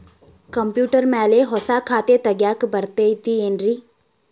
Computer ಮ್ಯಾಲೆ ಹೊಸಾ ಖಾತೆ ತಗ್ಯಾಕ್ ಬರತೈತಿ ಏನ್ರಿ?